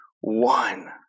one